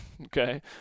okay